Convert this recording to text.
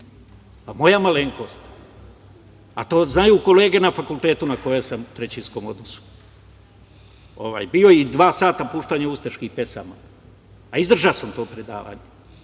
je od tih, a to znaju kolege na fakultetu na kojem sam u trećinskom odnosu bio i dva sata puštanja ustaških pesama. Izdržao sam to predavanje.